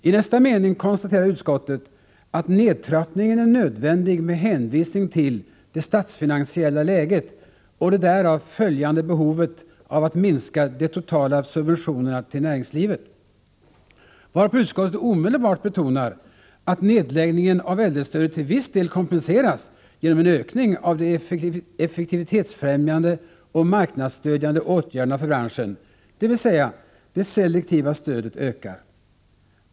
I nästa mening konstaterar utskottet att nedtrappningen är nödvändig på grund av det statsfinansiella läget och det därav följande behovet av att minska de totala subventionerna till näringslivet, varpå utskottet omedelbart betonar att neddragningen av äldrestödet till viss del kompenseras genom en ökning av de effektivitetsfrämjande och marknadsstödjande åtgärderna för branschen. Detta innebär med andra ord att det selektiva stödet ökar.